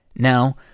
Now